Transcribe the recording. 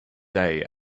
day